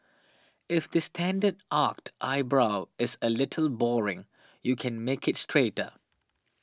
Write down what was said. if the standard arched eyebrow is a little boring you can make it straighter